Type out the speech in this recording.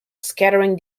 scattering